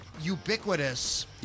ubiquitous